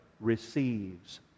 receives